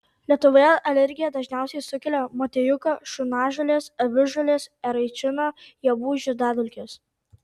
lietuvoje alergiją dažniausiai sukelia motiejuko šunažolės avižuolės eraičino javų žiedadulkės